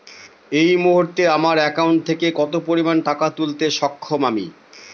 এই মুহূর্তে আমার একাউন্ট থেকে কত পরিমান টাকা তুলতে সক্ষম আমি?